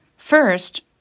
First